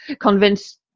convince